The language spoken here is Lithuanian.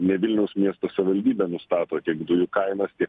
ne vilniaus miesto savivaldybė nustato tiek dujų kainas